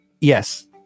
Yes